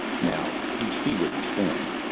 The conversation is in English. now you see where you stand.